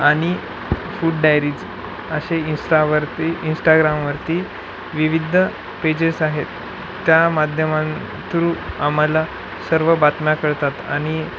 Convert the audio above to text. आणि food diaries असे इंस्टावरती इंस्टाग्रामवरती विविध पेजेस आहेत त्या माध्यमां थ्रू आम्हाला सर्व बातम्या कळतात आणि